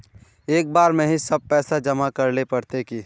एक बार में ही सब पैसा जमा करले पड़ते की?